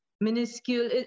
minuscule